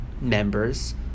members